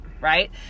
Right